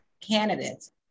candidates